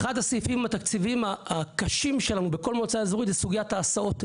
אחד הסעיפים התקציביים הקשים שלנו בכל מועצה אזורית הוא סוגיית ההסעות,